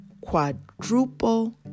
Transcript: quadruple